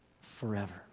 forever